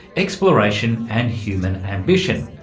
exploration and human ambition.